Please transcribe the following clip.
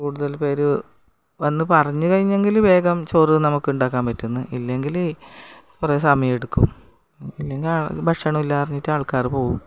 കൂടുതൽ പേർ വന്നു പറഞ്ഞു കഴിഞ്ഞെങ്കിൽ വേഗം ചോറ് നമുക്ക് ഉണ്ടാക്കാൻ പറ്റുന്നു ഇല്ലെങ്കിൽ കുറേ സമയം എടുക്കും ഇല്ലെങ്കിൽ ഭക്ഷണം ഇല്ലാ പറഞ്ഞിട്ട് ആൾക്കാർ പോകും